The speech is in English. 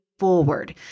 forward